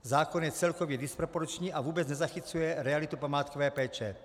Zákon je celkově disproporční a vůbec nezachycuje realitu památkové péče.